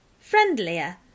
friendlier